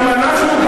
גם אנחנו,